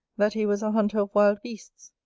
that he was a hunter of wild beasts.